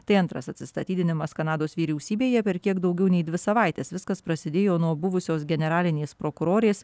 tai antras atsistatydinimas kanados vyriausybėje per kiek daugiau nei dvi savaites viskas prasidėjo nuo buvusios generalinės prokurorės